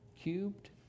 cubed